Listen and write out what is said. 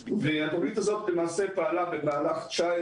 והתוכנית הזאת למעשה פעלה במהלך 2019